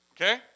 Okay